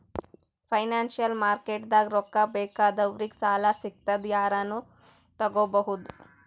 financial ಮಾರ್ಕೆಟ್ದಾಗ್ ರೊಕ್ಕಾ ಬೇಕಾದವ್ರಿಗ್ ಸಾಲ ಸಿಗ್ತದ್ ಯಾರನು ತಗೋಬಹುದ್